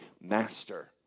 master